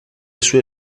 sue